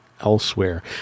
elsewhere